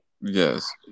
Yes